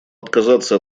отказаться